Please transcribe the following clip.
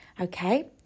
Okay